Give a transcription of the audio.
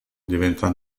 diventa